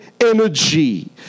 energy